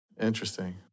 Interesting